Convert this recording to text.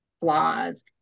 flaws